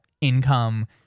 income